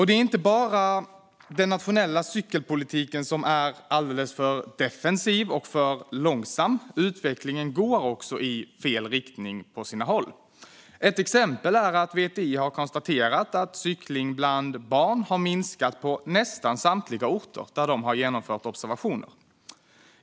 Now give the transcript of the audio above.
Det är inte bara den nationella cykelpolitiken som är alldeles för defensiv och långsam. Utvecklingen går på sina håll också i fel riktning. Ett exempel är att VTI har konstaterat att cykling bland barn har minskat på nästan samtliga orter där det har genomförts observationer.